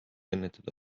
ennetada